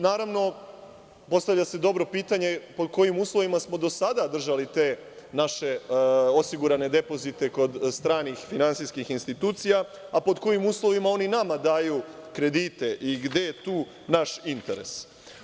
Naravno, postavlja se dobro pitanje pod kojim uslovima smo do sada držali te naše osigurane depozite kod stranih finansijskih institucija, a pod kojim uslovima oni nama daju kredite i gde je tu naš interes.